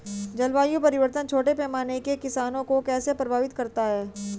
जलवायु परिवर्तन छोटे पैमाने के किसानों को कैसे प्रभावित करता है?